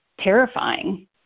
terrifying